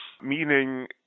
Meaning